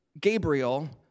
Gabriel